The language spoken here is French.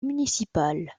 municipale